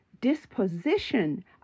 disposition